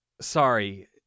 Sorry